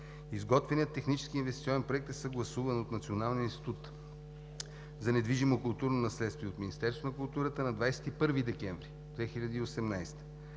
Изготвеният технически инвестиционен проект е съгласуван от Националния институт за недвижимо културно наследство и от Министерството на културата на 21 декември 2018